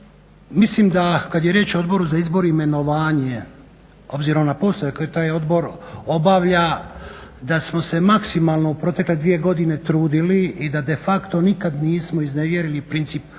mislim da kad je riječ o Odboru za izbor i imenovanje, obzirom na posao koji taj odbor obavlja da smo se maksimalno u protekle dvije godine trudili i da de facto nikad nismo iznevjerili princip